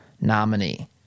nominee